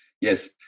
yes